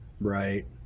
right